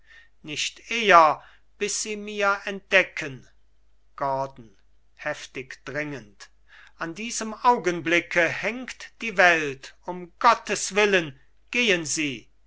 nicht eher bis sie mir entdecken gordon heftig dringend an diesem augenblicke hängt die welt um gotteswillen gehen sie